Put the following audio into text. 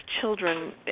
children